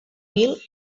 mil